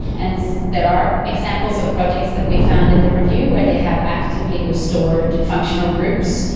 and so there are examples of projects that we found in the review where they have actively restored functional groups,